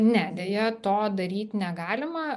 ne deja to daryt negalima